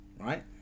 right